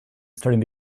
starting